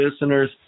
listeners